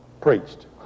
preached